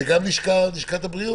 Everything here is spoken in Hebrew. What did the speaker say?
זה גם לשכת הבריאות?